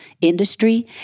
industry